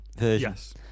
Yes